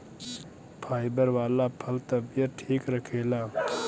fibre वाला फल तबियत ठीक रखेला